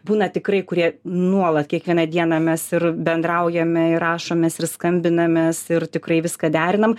būna tikrai kurie nuolat kiekvieną dieną mes ir bendraujame ir rašomės ir skambinamės ir tikrai viską derinam